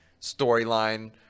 storyline